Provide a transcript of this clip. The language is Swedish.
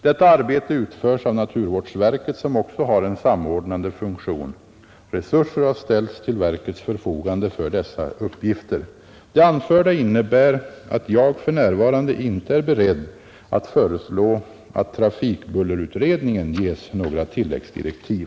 Detta arbete utförs av naturvårdsverket som också har en samordnande funktion. Resurser har ställts till verkets förfogande för dessa uppgifter. Det anförda innebär att jag för närvarande inte är beredd att föreslå att trafikbullerutredningen ges några tilläggsdirektiv.